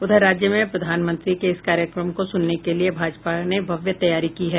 उधर राज्य में प्रधानमंत्री के इस कार्यक्रम को सुनने के लिये भाजपा ने भव्य तैयारी की है